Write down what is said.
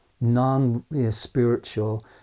non-spiritual